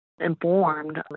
informed